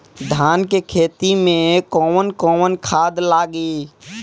धान के खेती में कवन कवन खाद लागी?